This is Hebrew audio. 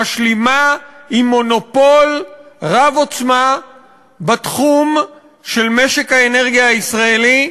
משלימה עם מונופול רב-עוצמה בתחום של משק האנרגיה הישראלי,